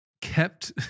kept